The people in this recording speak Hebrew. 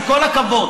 עם כל הכבוד,